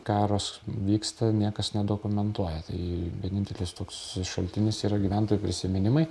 karas vyksta niekas nedokomentuoja tai vienintelis toks šaltinis yra gyventojų prisiminimai